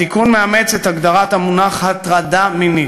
התיקון מאמץ את הגדרת המונח "הטרדה מינית"